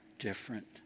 different